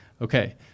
Okay